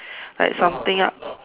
like something up